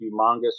humongous